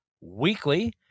weekly